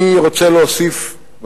אני רוצה להוסיף על דבריהם,